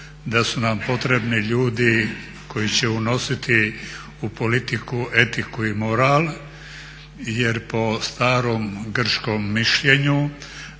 da su nam potrebni ljudi koji će unositi u politiku etiku i moral jer po starom grčkom mišljenju